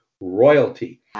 royalty